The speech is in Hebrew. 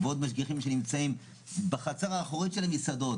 ועוד משגיחים שנמצאים בחצר האחורית של המסעדות.